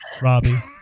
Robbie